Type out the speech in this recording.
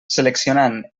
seleccionant